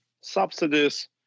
subsidies